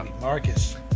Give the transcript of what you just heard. Marcus